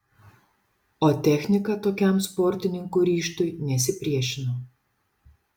o technika tokiam sportininkų ryžtui nesipriešino